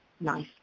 nice